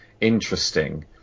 interesting